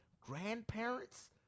grandparents